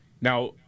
Now